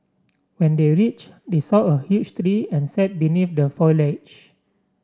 when they reached they saw a huge tree and sat beneath the foliage